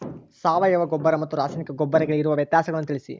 ಸಾವಯವ ಗೊಬ್ಬರ ಮತ್ತು ರಾಸಾಯನಿಕ ಗೊಬ್ಬರಗಳಿಗಿರುವ ವ್ಯತ್ಯಾಸಗಳನ್ನು ತಿಳಿಸಿ?